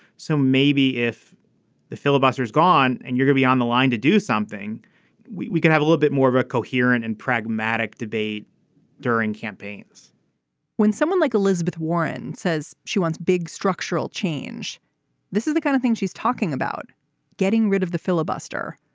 so maybe if the filibuster is gone and you're going be on the line to do something we we can have a little bit more of a coherent and pragmatic debate during campaigns when someone like elizabeth warren says she wants big structural change this is the kind of thing she's talking about getting rid of the filibuster.